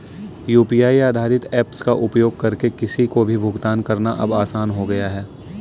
UPI आधारित apps का उपयोग करके किसी को भी भुगतान करना अब आसान हो गया है